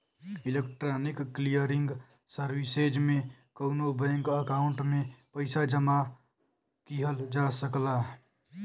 electronic clearing services में कउनो bank account में पइसा जमा किहल जा सकला